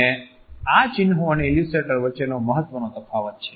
અને આ ચિન્હો અને ઈલ્યુસ્ટ્રેટર વચ્ચેનો મહત્વનો તફાવત છે